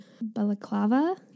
balaclava